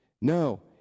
no